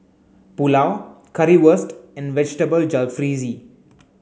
Pulao Currywurst and Vegetable Jalfrezi